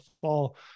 fall